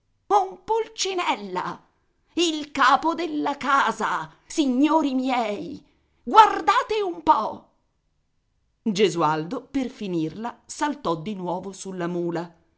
un pulcinella il capo della casa signori miei guardate un po gesualdo per finirla saltò di nuovo sulla mula